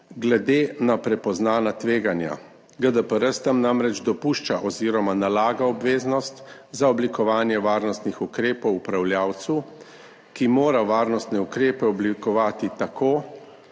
glede na prepoznana tveganja. GDPR s tem namreč dopušča oziroma nalaga obveznost za oblikovanje varnostnih ukrepov upravljavcu, ki mora varnostne ukrepe oblikovati tako,